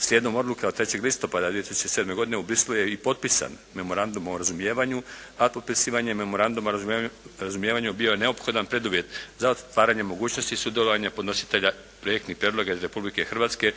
Slijedom odluke od 3. listopada 2007. godine u Bruxellesu je i potpisan memorandum o razumijevanju a potpisivanje memoranduma o razumijevanju bio je neophodan preduvjet za otvaranje mogućnosti sudjelovanja podnositelja projektnih prijedloga iz Republike Hrvatske